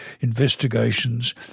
investigations